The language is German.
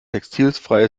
textilfreie